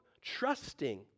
trusting